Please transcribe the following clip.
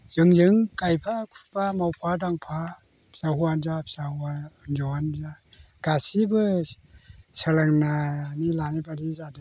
जोंजों गायफा फुफा मावफा दांफा फिसा हौवायानो जा फिसा हिनजावआनो जा गासैबो सोलोंनानै लानाय बायदि जादों